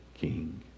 king